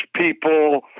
people